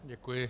Děkuji.